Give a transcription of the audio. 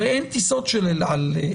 הרי אין טיסות של אל על לאפריקה,